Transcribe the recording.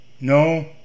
No